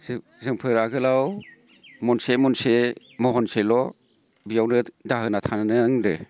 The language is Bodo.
जोंफोर आगोलाव महनसे महनसे महनसेल' बियावनो दाहोना थानोनांदो